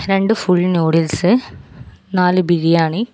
രണ്ട് full noodles നാല് ബിരിയാണി